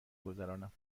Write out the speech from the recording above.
گذرانم